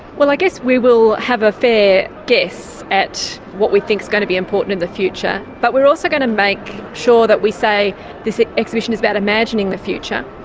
well, i guess we will have a fair guess at what we think is going to be important in the future, but we're also going to make sure that we say this ah exhibition is about imagining the future,